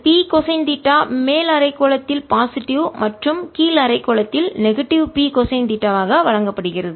P cosine theta மேல் அரைக்கோளத்தில் positive நேர்மறை மற்றும் கீழ் அரைக்கோளத்தில் நெகட்டிவ் எதிர்மறை P கொசைன் தீட்டாவாக வழங்கப்படுகிறது